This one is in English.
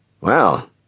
Well